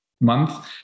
month